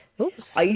Oops